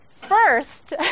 First